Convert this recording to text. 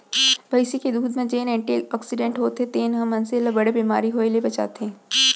भईंस के दूद म जेन एंटी आक्सीडेंट्स होथे तेन ह मनसे ल बड़े बेमारी होय ले बचाथे